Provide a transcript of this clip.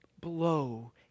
blow